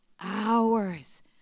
hours